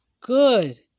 good